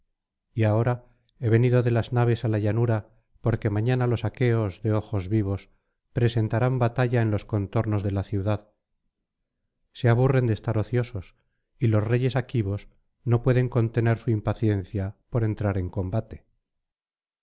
y ahora he venido de las naves á la llanura porque mañana los aqueos de ojos vivos presentarán batalla en los contornos de la ciudad se aburren de estar ociosos y los reyes aquivos no pueden contener su impaciencia por entrar en combate